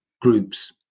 groups